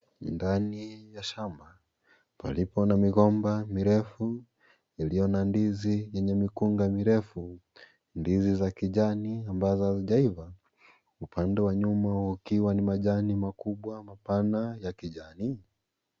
Ndani ya shamba palipo na migomba mirefu iliyo na ndizi yenye mikunga mirefu , ndizi za kijani ambazo hazijaiva upande wa nyuma ukiwa ni majani makubwa mapana ya kijani .